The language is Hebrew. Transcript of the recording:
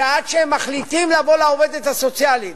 שעד שהם מחליטים ללכת לעובדת הסוציאלית,